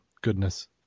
goodness